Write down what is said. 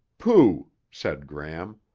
pooh, said gram.